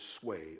sway